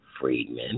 Friedman